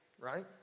right